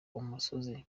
umusozi